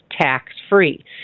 tax-free